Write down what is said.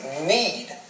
need